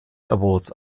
awards